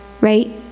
right